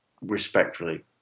respectfully